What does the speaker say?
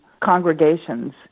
congregations